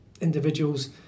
individuals